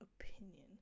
opinion